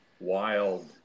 wild